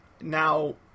Now